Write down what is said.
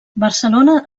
barcelona